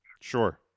sure